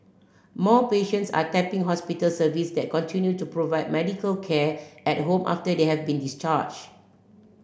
more patients are tapping hospital service that continue to provide medical care at home after they have been discharged